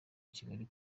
kigali